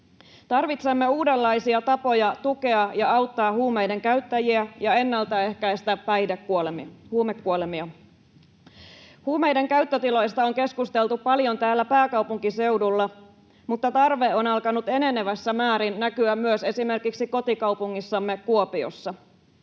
Tarvitsemme uudenlaisia tapoja tukea ja auttaa huumeiden käyttäjiä ja ennalta ehkäistä huumekuolemia. Huumeiden käyttötiloista on keskusteltu paljon täällä pääkaupunkiseudulla, mutta tarve on alkanut enenevässä määrin näkyä myös esimerkiksi kotikaupungissamme Kuopiossa.